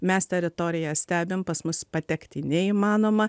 mes teritoriją stebim pas mus patekti neįmanoma